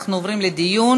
אנחנו עוברים לדיון.